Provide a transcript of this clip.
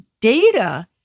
Data